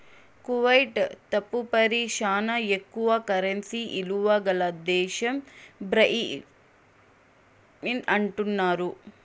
Kuwait తదుపరి శానా ఎక్కువ కరెన్సీ ఇలువ గల దేశం బహ్రెయిన్ అంటున్నారు